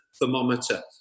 thermometer